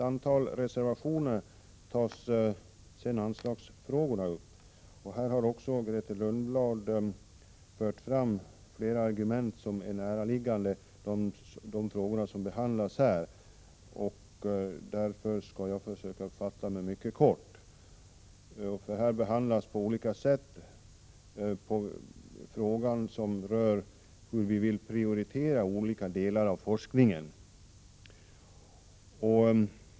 Anslagsfrågorna tas upp i ett antal reservationer. Grethe Lundblad har fört fram flera argument i närliggande frågor, och därför skall jag fatta mig mycket kort. Det handlar om olika sätt att prioritera delar av forskningen.